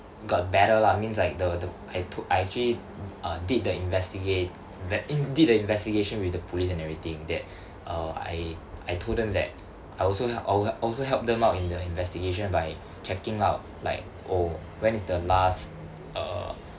got better lah means like the the I took I actually uh did the investiga~ ve~ in~ did the investigation with the police and everything that uh I I told them that I also h~ I will also help them out in the investigation by checking out like oh when is the last uh